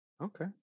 Okay